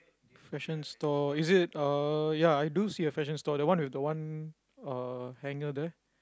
fashion store is it uh ya I do see a fashion store the one with the one uh hanger there